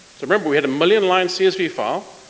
so remember, we had a million line csv file,